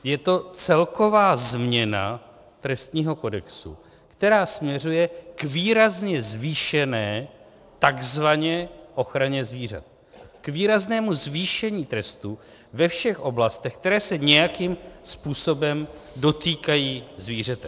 Je to celková změna trestního kodexu, která směřuje k výrazně zvýšené takzvaně ochraně zvířat, k výraznému zvýšení trestů ve všech oblastech, které se nějakým způsobem dotýkají zvířete.